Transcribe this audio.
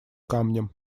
камнем